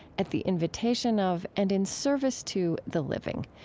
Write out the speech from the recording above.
at the invitation of and in service to the living,